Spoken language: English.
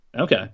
okay